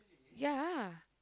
ya